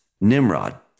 Nimrod